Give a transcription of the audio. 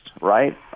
right